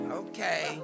okay